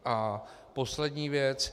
A poslední věc.